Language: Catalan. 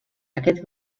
aquest